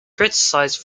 criticised